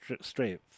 strength